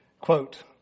Quote